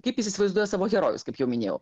kaip jis įsivaizduoja savo herojus kaip jau minėjau